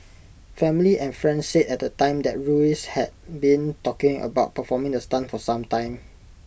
family and friends said at the time that Ruiz had been talking about performing the stunt for some time